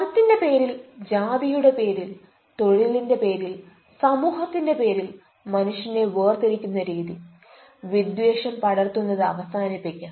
മതത്തിന്റെ പേരിൽ ജാതിയുടെ പേരിൽ തൊഴിലിന്റെ പേരിൽ സമൂഹത്തിന്റെ പേരിൽ മനുഷ്യനെ വേർതിരിക്കുന്ന രീതി വിദ്വേഷം പടർത്തുന്നത് അവസാനിപ്പിക്കാം